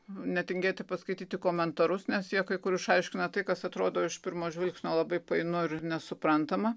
netingėti paskaityti komentarus nes jie kai kur išaiškina tai kas atrodo iš pirmo žvilgsnio labai painu ir nesuprantama